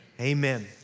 amen